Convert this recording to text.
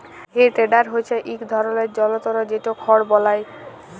হে টেডার হচ্যে ইক ধরলের জলতর যেট খড় বলায়